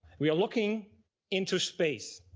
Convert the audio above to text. we are looking into space,